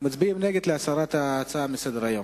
מצביע להסרת ההצעה מסדר-היום.